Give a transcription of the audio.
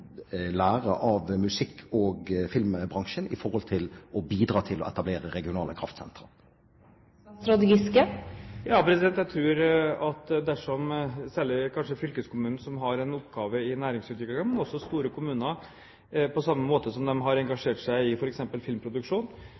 av musikkbransjen og filmbransjen når det gjelder å bidra til å etablere regionale kraftsentre? Jeg tror at særlig fylkeskommunene, som har en oppgave i næringsutvikling, men også store kommuner, på samme måte som de har engasjert seg i f.eks. filmproduksjon